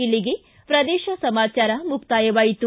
ಇಲ್ಲಿಗೆ ಪ್ರದೇಶ ಸಮಾಚಾರ ಮುಕ್ತಾಯವಾಯಿತು